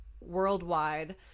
worldwide